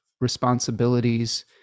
responsibilities